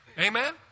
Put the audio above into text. Amen